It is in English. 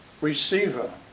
receiver